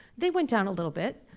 they went down a little bit.